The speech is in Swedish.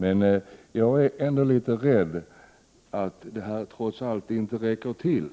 Men jag är rädd för att detta trots allt inte räcker till.